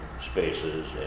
spaces